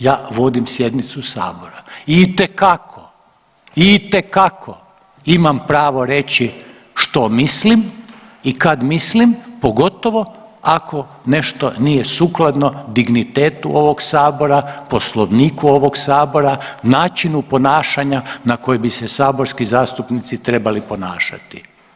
Ja vodim sjednicu Sabora i itekako i itekako imam pravo reći što mislim i kad mislim, pogotovo ako nešto nije sukladno dignitetu ovog Sabora, Poslovniku ovog Sabora, načinu ponašanja na koji bi se saborski zastupnici trebali ponašati.